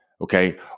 okay